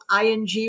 ing